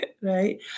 right